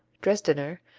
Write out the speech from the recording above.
dresdener,